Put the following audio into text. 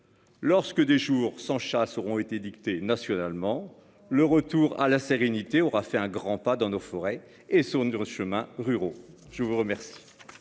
Lorsque des jours sans chasse auront été dicté nationalement le retour à la sérénité aura fait un grand pas dans nos forêts et son dress chemins ruraux. Je vous remercie.